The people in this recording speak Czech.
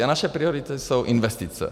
A naše priority jsou investice.